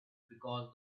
because